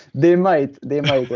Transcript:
they might, they might.